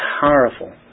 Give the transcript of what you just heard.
powerful